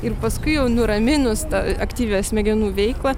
ir paskui jau nuraminus tą aktyvią smegenų veiklą